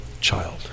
child